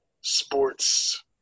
sports